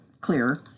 clearer